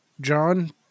John